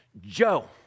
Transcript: Joe